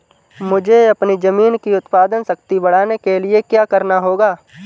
मुझे अपनी ज़मीन की उत्पादन शक्ति बढ़ाने के लिए क्या करना होगा?